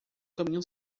caminho